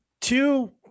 Two